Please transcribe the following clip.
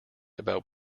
about